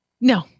No